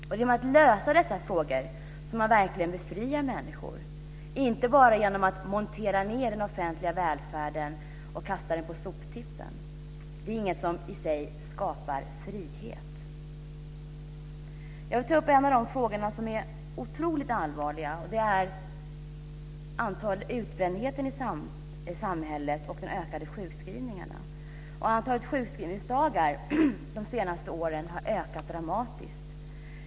Det är genom att lösa dessa frågor som man verkligen befriar människor, inte bara genom att montera ned den offentliga välfärden och kasta den på soptippen. Det är inget som i sig skapar frihet. Jag vill ta upp en av de frågor som är otroligt allvarliga, och det är antalet utbrända i samhället och de ökade sjukskrivningarna. Antalet sjukskrivningsdagar har de senaste åren ökat dramatiskt.